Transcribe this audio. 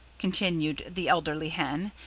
continued the elderly hen,